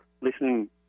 listening